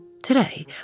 Today